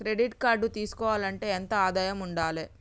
Credit card తీసుకోవాలంటే ఎంత ఆదాయం ఉండాలే?